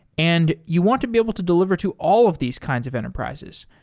and you want to be able to deliver to all of these kinds of enterprises.